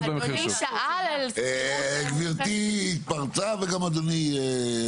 גברתי התפרצה וגם אדוני.